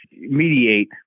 mediate